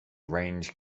range